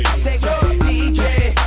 say go d j